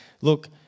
look